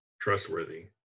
trustworthy